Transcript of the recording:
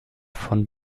von